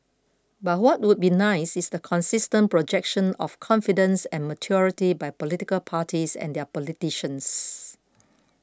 but what would be nice is the consistent projection of confidence and maturity by political parties and their politicians